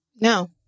no